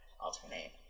alternate